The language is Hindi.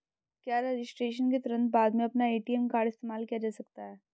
क्या रजिस्ट्रेशन के तुरंत बाद में अपना ए.टी.एम कार्ड इस्तेमाल किया जा सकता है?